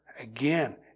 again